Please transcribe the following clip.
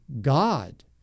God